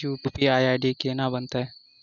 UPI ID केना बनतै?